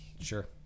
Sure